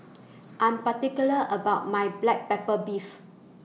I'm particular about My Black Pepper Beef